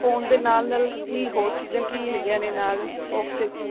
phone ਦੇ ਨਾਲ ਨਾਲ ਕੀ ਹੋਰ ਚੀਜ਼ਾਂ ਕੀ ਹੈਗੀਆਂ ਨੇ ਨਾਲ ਆਫਿਸ ਵਿੱਚ